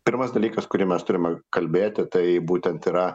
pirmas dalykas kurį mes turime kalbėti tai būtent yra